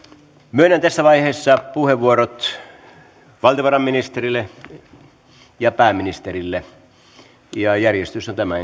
myönnän tässä vaiheessa puheenvuorot valtiovarainministerille ja pääministerille ja järjestys on tämä